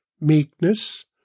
meekness